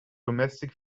domestic